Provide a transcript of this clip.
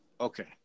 Okay